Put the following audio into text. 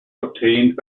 obtained